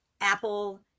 Apple